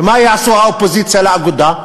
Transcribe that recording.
ומה יעשו אלה שהם האופוזיציה לאגודה?